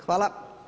Hvala.